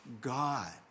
God